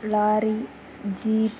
lorry jeep